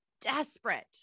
desperate